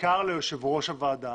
בעיקר ליושב ראש הוועדה.